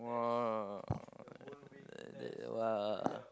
!wah! that !wah!